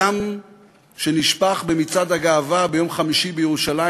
בדם שנשפך במצעד הגאווה ביום חמישי בירושלים,